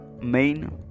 main